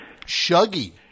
Shuggy